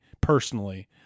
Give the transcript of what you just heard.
personally